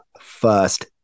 first